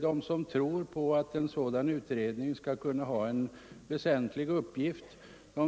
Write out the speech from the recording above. De som tror att en utredning av detta slag skall kunna ha en väsentlig uppgift